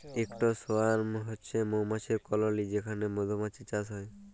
ইকট সোয়ার্ম হছে মমাছির কললি যেখালে মধুমাছির চাষ হ্যয়